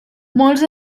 molts